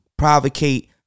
provocate